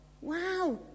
Wow